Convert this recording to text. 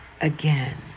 again